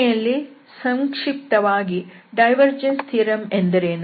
ಕೊನೆಯಲ್ಲಿ ಸಂಕ್ಷಿಪ್ತವಾಗಿ divergence theorem ಎಂದರೇನು